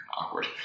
awkward